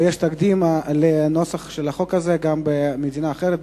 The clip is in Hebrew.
ויש תקדים לנוסח של החוק הזה גם במדינה אחרת,